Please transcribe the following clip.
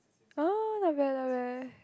oh not bad not bad